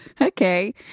okay